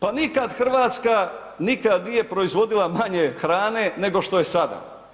Pa nikad Hrvatska, nikad nije proizvodila manje hrane nego što je sada.